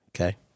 Okay